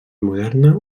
moderna